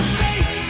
face